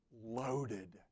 loaded